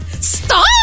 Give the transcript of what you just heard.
Stop